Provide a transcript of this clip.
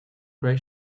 gray